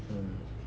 mm